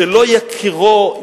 שלא יכירו,